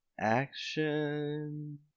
action